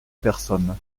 personne